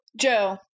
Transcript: Joe